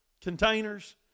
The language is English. containers